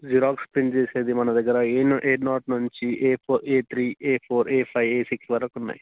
xerox print చేసేది మన దగ్గర ఏ నా ఏ నాట్ నుంచి A four A three A four A five A six వరకు ఉన్నాయి